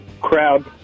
crowd